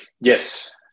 Yes